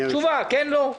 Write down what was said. תשובה אם כן או לא.